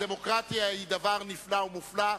הדמוקרטיה היא דבר נפלא ומופלא,